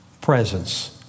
presence